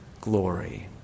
glory